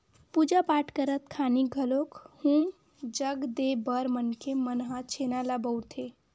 पूजा पाठ करत खानी घलोक हूम जग देय बर मनखे मन ह छेना ल बउरथे